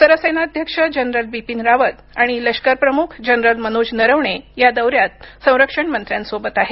सरसेनाध्यक्ष जनरल बिपिन रावत आणि लष्करप्रमुख जनरल मनोज नरवणे या दौर्यासत संरक्षण मंत्र्यांसोबत आहेत